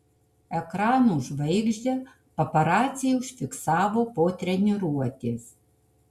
ekranų žvaigždę paparaciai užfiksavo po treniruotės